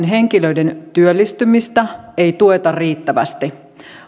henkilöiden työllistymistä ei tueta riittävästi